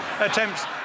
attempts